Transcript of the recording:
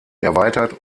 erweitert